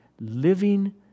living